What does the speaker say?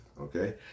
Okay